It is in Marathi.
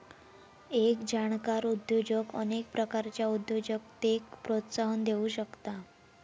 एक जाणकार उद्योजक अनेक प्रकारच्या उद्योजकतेक प्रोत्साहन देउ शकता